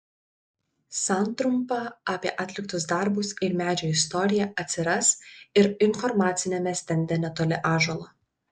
santrumpa apie atliktus darbus ir medžio istoriją atsiras ir informaciniame stende netoli ąžuolo